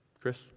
chris